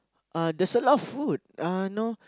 uh there's a lot of food uh know